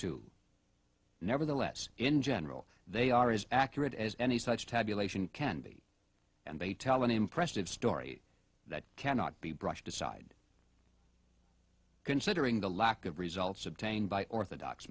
two nevertheless in general they are as accurate as any such tabulation can be and they tell an impressive story that cannot be brushed aside considering the lack of results obtained by orthodox